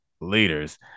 leaders